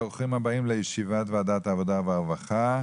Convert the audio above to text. ברוכים הבאים לישיבת ועדת העבודה והרווחה.